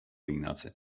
ignacy